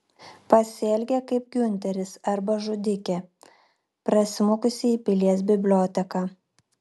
pasielgė kaip giunteris arba žudikė prasmukusi į pilies biblioteką